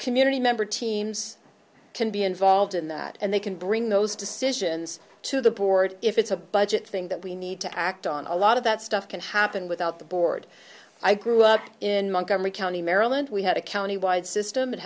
community member teams can be involved in that and they can bring those decisions to the board if it's a budget thing that we need to act on a lot of that stuff can happen without the board i grew up in montgomery county maryland we had a county wide system